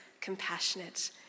compassionate